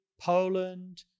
Poland